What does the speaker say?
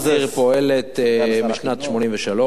הרשות פועלת משנת 1983,